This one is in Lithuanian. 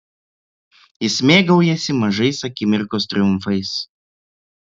jis mėgaujasi mažais akimirkos triumfais